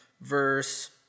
Verse